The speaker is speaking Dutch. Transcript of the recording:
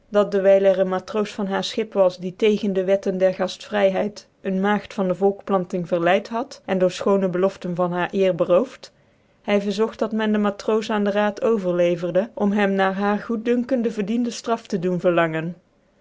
dat dewijl cr een matroos yan haar schip was die tegens dc wetten der gaftvryheid een maagd van dc volkplanting verleid had en door fchoone beloften van haar eer berooft hy verzocht dat meu de matroos aan den raad overleverde om hem na haar goeddunken dc verdiende ftraf te doen rlangcn